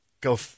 Go